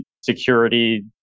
security